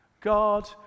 God